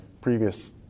previous